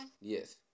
Yes